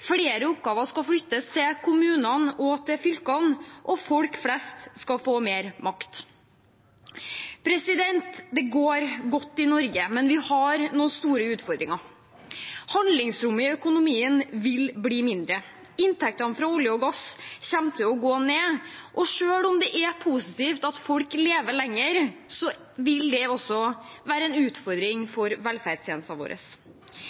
Flere oppgaver skal flyttes til kommunene og til fylkene, og folk flest skal få mer makt. Det går godt i Norge, men vi har noen store utfordringer. Handlingsrommet i økonomien vil bli mindre. Inntektene fra olje og gass kommer til å gå ned, og selv om det er positivt at folk lever lenger, vil det også være en utfordring for velferdstjenestene våre.